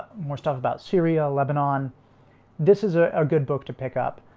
more stuff about syria. lebanon this is ah a good book to pick up.